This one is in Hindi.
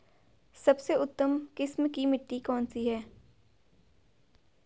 सबसे उत्तम किस्म की मिट्टी कौन सी है?